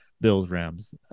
Bills-Rams